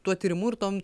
tuo tyrimu ir tom